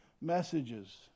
messages